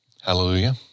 hallelujah